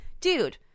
dude